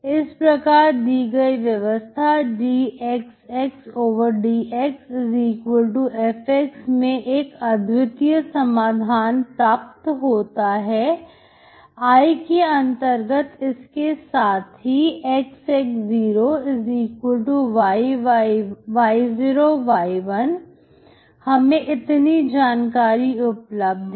इस प्रकार दी गई व्यवस्था dXdxF में एक अद्वितीय समाधान प्राप्त होता है I के अंतर्गत इसके साथ ही Xx0y0 y1 हमें इतनी जानकारी उपलब्ध है